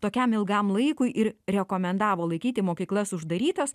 tokiam ilgam laikui ir rekomendavo laikyti mokyklas uždarytas